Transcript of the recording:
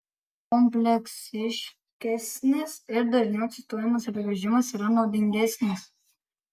kompleksiškesnis ir dažniau cituojamas apibrėžimas yra naudingesnis